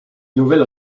nouvelle